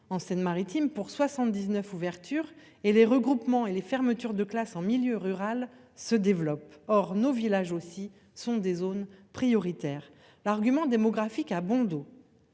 en Seine-Maritime pour 79. Ouverture et les regroupements et les fermetures de classes en milieu rural se développe. Or nos villages aussi sont des zones prioritaires. L'argument démographique a bon dos.